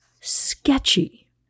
sketchy